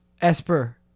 esper